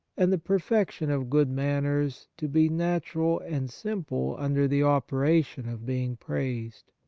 and the perfection of good manners to be natural and simple under the operation of being praised.